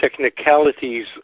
technicalities